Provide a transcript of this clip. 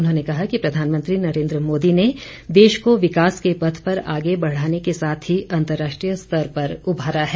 उन्होंने कहा कि प्रधानमंत्री नरेन्द्र मोदी ने देश को विकास के पथ पर आगे बढ़ाने के साथ ही अंतर्राष्ट्रीय स्तर पर उभारा है